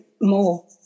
more